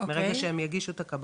מרגע שהן מגישות את הקבלות.